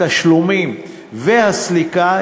התשלומים והסליקה,